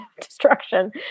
destruction